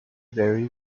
vary